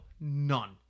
None